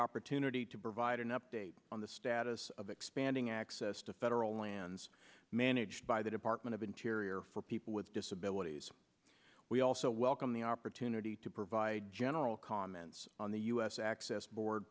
opportunity to provide an update on the status of expanding access to federal lands managed by the department of interior for people with disabilities we also welcome the opportunity to provide general comments on the u s access board